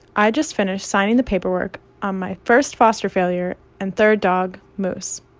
i just finished signing the paperwork on my first foster failure and third dog, moose.